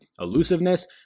Elusiveness